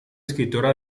escritora